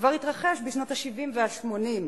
כבר התרחש בשנות ה-70 וה-80,